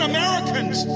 Americans